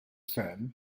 firm